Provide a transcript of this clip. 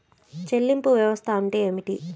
చెల్లింపు వ్యవస్థ అంటే ఏమిటి?